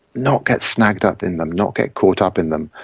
not get snagged up in them, not get caught up in them,